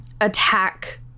attack